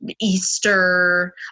Easter